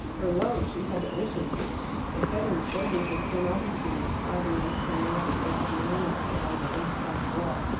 for lo! she had a vision the head and shoulders of st. augustine were sliding like some miraculous enamel along the rough-cast wall.